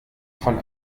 von